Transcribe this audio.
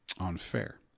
unfair